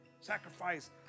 sacrifice